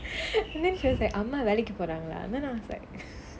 and then she was like அம்மா வேலைக்கி போறீங்களா:amma velaikki poraangalaa then I was like